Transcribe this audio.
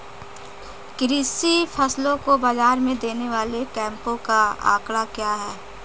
कृषि फसलों को बाज़ार में देने वाले कैंपों का आंकड़ा क्या है?